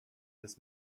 this